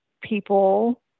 people